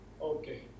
Okay